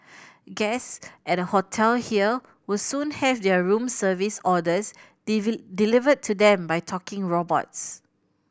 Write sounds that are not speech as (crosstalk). guest at a hotel here will soon have their room service orders (unintelligible) delivered to them by talking robots